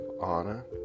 honor